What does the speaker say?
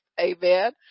Amen